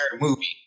movie